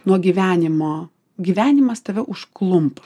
nuo gyvenimo gyvenimas tave užklumpa